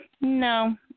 No